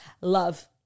Love